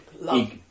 love